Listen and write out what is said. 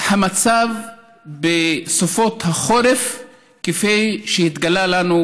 המצב בסופות החורף הוא כפי שהתגלה לנו,